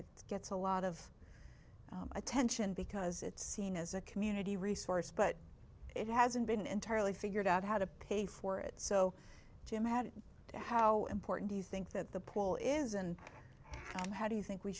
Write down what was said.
it gets a lot of attention because it's seen as a community resource but it hasn't been entirely figured out how to pay for it so jim had how important do you think that the pool is and how do you think we